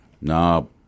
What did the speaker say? no